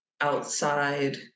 outside